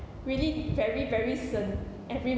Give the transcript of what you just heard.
really very very 省 every